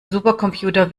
supercomputer